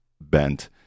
bent